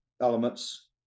elements